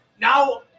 now